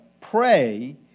pray